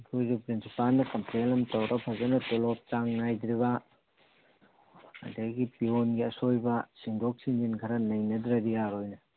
ꯑꯩꯈꯣꯏꯁꯨ ꯄ꯭ꯔꯤꯟꯁꯤꯄꯥꯜꯗ ꯀꯝꯄ꯭ꯂꯦꯟ ꯑꯃ ꯇꯧꯔ ꯐꯖꯅ ꯇꯣꯂꯣꯞ ꯆꯥꯡ ꯅꯥꯏꯗ꯭ꯔꯤꯕ ꯑꯗꯒꯤ ꯄꯤꯌꯣꯟꯒꯤ ꯑꯁꯣꯏꯕ ꯁꯤꯟꯗꯣꯛ ꯁꯤꯟꯖꯤꯟ ꯈꯔ ꯅꯩꯅꯗ꯭ꯔꯗꯤ ꯌꯥꯔꯣꯏꯅꯦ